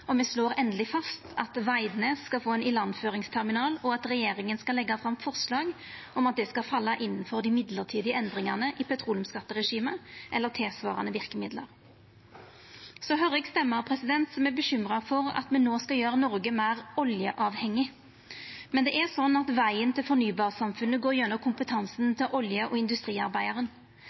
og me slår endeleg fast at Veidnes skal få ein ilandføringsterminal, og at regjeringa skal leggja fram forslag om at det skal falla innanfor dei mellombelse endringane i petroleumsskatteregimet eller tilsvarande verkemiddel. Eg høyrer stemmer som er bekymra for at me no skal gjera Noreg meir oljeavhengig. Men det er slik at vegen til fornybarsamfunnet går gjennom kompetansen til olje- og industriarbeidaren.